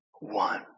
one